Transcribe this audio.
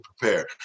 prepare